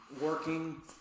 working